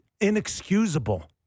inexcusable